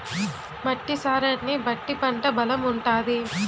మట్టి సారాన్ని బట్టి పంట బలం ఉంటాది